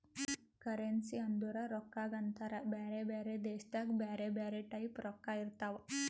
currency ಅಂದುರ್ ರೊಕ್ಕಾಗ ಅಂತಾರ್ ಬ್ಯಾರೆ ಬ್ಯಾರೆ ದೇಶದಾಗ್ ಬ್ಯಾರೆ ಬ್ಯಾರೆ ಟೈಪ್ ರೊಕ್ಕಾ ಇರ್ತಾವ್